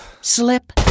slip